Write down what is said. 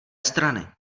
strany